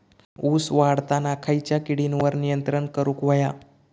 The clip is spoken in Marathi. ऊस वाढताना खयच्या किडींवर नियंत्रण करुक व्हया?